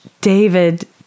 David